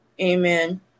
Amen